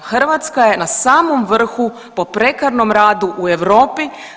Hrvatska je na samom vrhu po prekarnom radu u Europi.